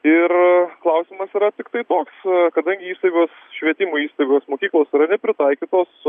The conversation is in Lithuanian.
ir klausimas yra tiktai toks kadangi įstaigos švietimo įstaigos mokyklos yra nepritaikytos